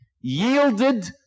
yielded